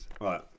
right